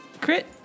crit